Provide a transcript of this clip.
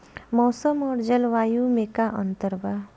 मौसम और जलवायु में का अंतर बा?